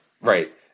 right